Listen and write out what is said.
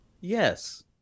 Yes